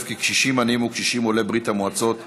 כי קשישים עניים וקשישים עולי ברית המועצות לשעבר,